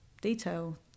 detail